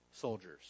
soldiers